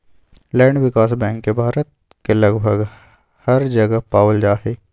land विकास bank के भारत के लगभग हर जगह पावल जा हई